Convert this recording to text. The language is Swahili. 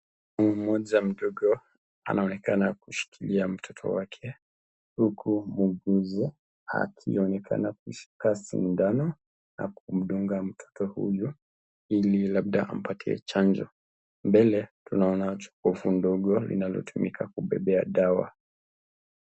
Mama mmoja mtoto anaonekana kushikilia mtoto wake huku muuguzi akionekana kushika sindano na kumdunga mtoto huyu ili labda ampatie chanjo. Mbele tunaona jokofu ndogo linalotumika kubebea dawa.